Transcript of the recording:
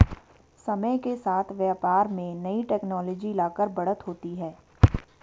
समय के साथ व्यापार में नई टेक्नोलॉजी लाकर बढ़त होती है